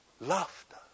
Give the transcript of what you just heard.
Laughter